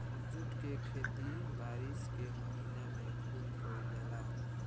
jute के खेती बारिश के महीना में खुब कईल जाला